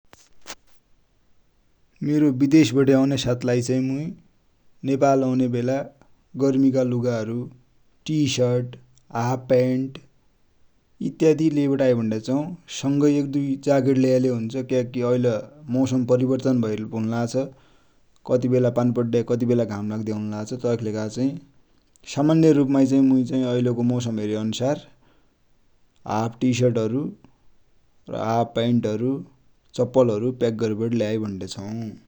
मेरो बिदेस बठे आउने सथिलाइ चाइ मुइ नेपाल आउन्या बेला गर्मिका लुगा हरु टी सर्ट, हाप पइन्ट इत्यादि लेइबटी आइ भन्ड्या छौ। सङै एक दुइ जाकेट लेयाले हुन्छ क्याकि ऐल मौशम परिवर्तन हुन्लाछ, कति बेला पानि पड्या, कति बेला घाम लाग्दया हुन्लाछ तैकि लेखा चाहि सामान्य रुप माइचाइ मुइले ऐल को मौसम हेरे अनुसार हाप टि सर्ट हरु, हाप पैन्ट हरु चप्पल हरु पैक गर्बटी लेइबटि आइ भन्डे छौ ।